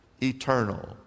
eternal